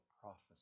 prophesy